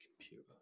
computer